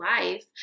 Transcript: life